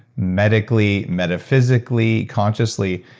medically, metaphysically, consciously,